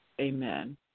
Amen